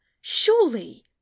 surely